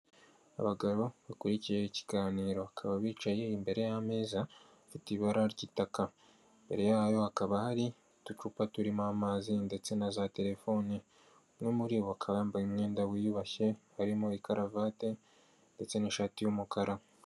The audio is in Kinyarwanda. Abagabo bakurikiye ikiganiro, bakaba bicaye imbere y'ameza afite ibara ry'itaka, imbere yayo hakaba hari uducupa turimo amazi ndetse na za telefone, umwe muribo akaba yabambaye umwenda wiyubashye harimo karavate ndetse n'ishati y'umukara.